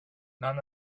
none